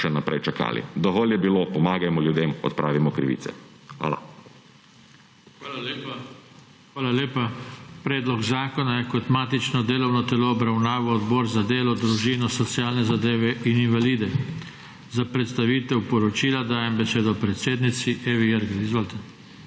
še naprej čakali. Dovolj je bilo, pomagajmo ljudem, odpravimo krivice. Hvala. **PODPREDSEDNIK JOŽE TANKO:** Hvala lepa. Predlog zakona je kot matično delovno telo obravnaval Odbor za delo, družino, socialne zadeve in invalide. Za predstavitev poročila dajem besedo predsednici Evi Irgl. Izvolite.